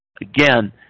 Again